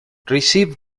receive